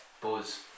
buzz